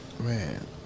Man